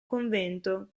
convento